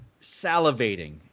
salivating